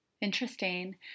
interesting